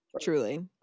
truly